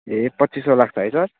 ए पच्चिस सौ लाग्छ है सर